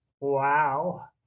wow